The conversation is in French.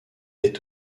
est